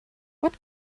what